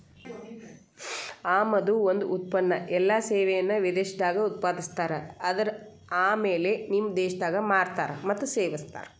ಆಮದು ಒಂದ ಉತ್ಪನ್ನ ಎಲ್ಲಾ ಸೇವೆಯನ್ನ ವಿದೇಶದಾಗ್ ಉತ್ಪಾದಿಸ್ತಾರ ಆದರ ಆಮ್ಯಾಲೆ ನಿಮ್ಮ ದೇಶದಾಗ್ ಮಾರ್ತಾರ್ ಮತ್ತ ಸೇವಿಸ್ತಾರ್